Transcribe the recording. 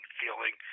feeling